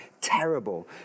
Terrible